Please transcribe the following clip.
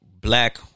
black